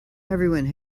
everyone